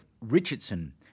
Richardson